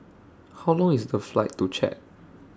How Long IS The Flight to Chad